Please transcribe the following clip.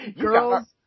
Girls